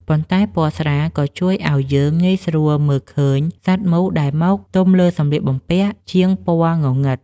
ប៉ុន្តែពណ៌ស្រាលក៏ជួយឱ្យយើងងាយស្រួលមើលឃើញសត្វមូសដែលមកទុំលើសម្លៀកបំពាក់ជាងពណ៌ងងឹត។